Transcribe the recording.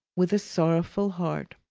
with a sorrowful heart.